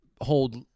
hold